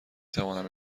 توانم